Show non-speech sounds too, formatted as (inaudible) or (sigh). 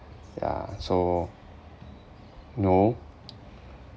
yeah so no (noise)